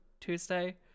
Tuesday